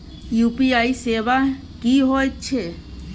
UPI सेवा की होयत छै?